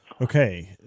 Okay